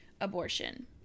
abortion